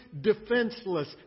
defenseless